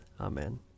Amen